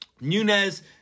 Nunez